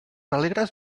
alegres